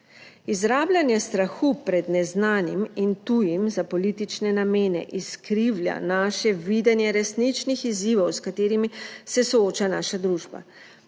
Izrabljanje strahu pred neznanim in tujim za politične namene izkrivlja naše videnje resničnih izzivov, s katerimi se sooča naša družba.